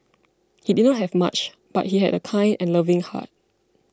he did not have much but he had a kind and loving heart